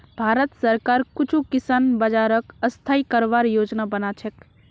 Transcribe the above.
भारत सरकार कुछू किसान बाज़ारक स्थाई करवार योजना बना छेक